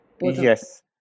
Yes